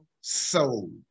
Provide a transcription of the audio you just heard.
soul